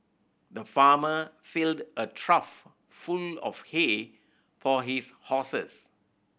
the farmer filled a trough full of hay for his horses